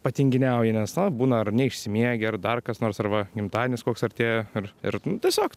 patinginiauji nes na būna ar neišsimiegi ar dar kas nors arba gimtadienis koks artėja ir ir nu tiesiog